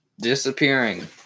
disappearing